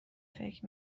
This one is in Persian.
فکر